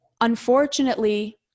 unfortunately